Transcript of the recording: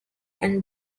and